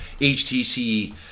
HTC